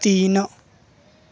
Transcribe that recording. तीन